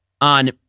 on